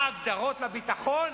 מה ההגדרות לביטחון?